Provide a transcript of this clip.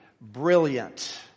brilliant